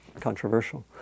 controversial